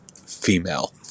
female